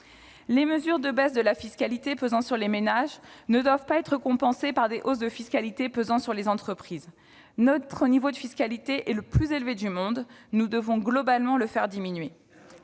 Les mesures de baisse de la fiscalité pesant sur les ménages ne doivent pas être compensées par des hausses de la fiscalité des entreprises. Notre niveau de fiscalité est le plus élevé du monde. Après le Danemark ! Nous devons globalement le faire diminuer.